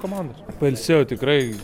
komandos pailsėjau tikrai